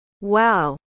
Wow